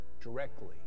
directly